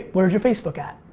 where's your facebook at?